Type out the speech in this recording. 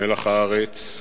מלח הארץ,